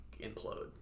implode